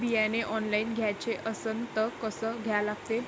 बियाने ऑनलाइन घ्याचे असन त कसं घ्या लागते?